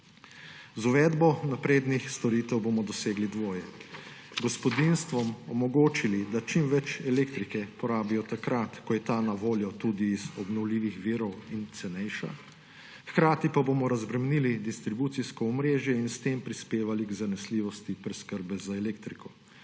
Z uvedbo naprednih storitev bomo dosegli dvoje: gospodinjstvom omogočili, da čim več elektrike porabijo takrat, ko je ta na voljo tudi iz obnovljivih virov in cenejša, hkrati pa bomo razbremenili distribucijsko omrežje in s tem prispevali k zanesljivosti preskrbe z elektriko.